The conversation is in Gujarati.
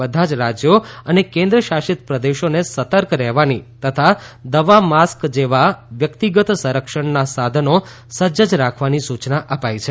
બધા જ રાજ્યો અને કેન્દ્ર શાસિત પ્રદેશોને સતર્ક રહેવાની તથા દવા માસ્ક જેવા વ્યક્તિગત સંરક્ષણના સાધનો સજ્જ રાખવાની સૂચના અપાઈ છે